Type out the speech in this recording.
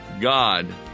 God